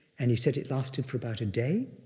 and he said it lasted for about a day,